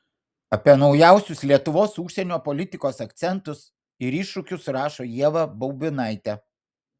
apie naujuosius lietuvos užsienio politikos akcentus ir iššūkius rašo ieva baubinaitė